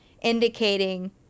indicating